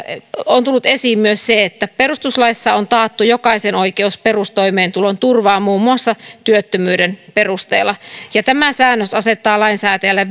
on tullut esiin myös se että perustuslaissa on taattu jokaiselle oikeus perustoimeentulon turvaan muun muassa työttömyyden perusteella tämä säännös asettaa lainsäätäjälle